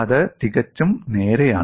അത് തികച്ചും നേരെയാണ്